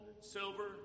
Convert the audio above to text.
silver